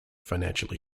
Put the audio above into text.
financially